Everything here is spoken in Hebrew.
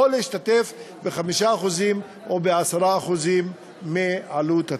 או להשתתף ב-5% או ב-10% מעלות התיקון?